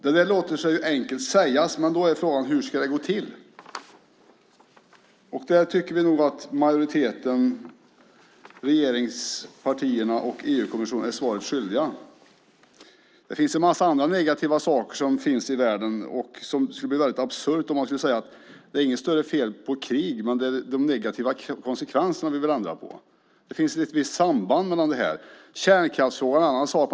Det låter sig ju enkelt sägas, men frågan är: Hur ska det gå till? Vi tycker nog att majoriteten, regeringspartierna och EU-kommissionen är svaret skyldiga. Det finns nämligen en massa negativa saker i världen, och det skulle bli väldigt absurt att säga att det inte är något större fel på krig utan att det är de negativa konsekvenserna man vill ändra på. Det finns väl ett visst samband där? Kärnkraftsfrågan är en annan sådan sak.